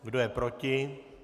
Kdo je proti?